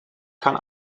kann